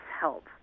help